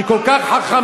שהיא כל כך חכמה,